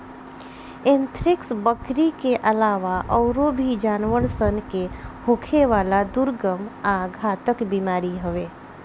anthrax, बकरी के आलावा आयूरो भी जानवर सन के होखेवाला दुर्गम आ घातक बीमारी हवे